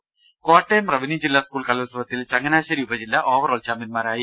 രദേഷ്ടെടു കോട്ടയം റവന്യൂ ജില്ലാ സ്കൂൾ കലോത്സവത്തിൽ ചങ്ങനാശേരി ഉപ ജില്ല ഓവറോൾ ചാമ്പ്യൻമാരായി